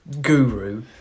guru